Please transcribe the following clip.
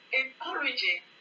encouraging